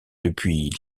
depuis